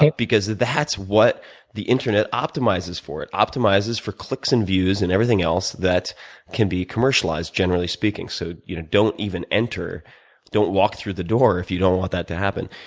because that's what the internet optimizes for. it optimizes for clicks and views, and everything else that can be commercialized generally speaking. so you know, don't even enter don't walk through the door if you don't want that to happen.